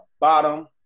bottom